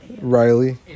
riley